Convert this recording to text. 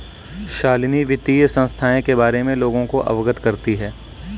शालिनी वित्तीय संस्थाएं के बारे में लोगों को अवगत करती है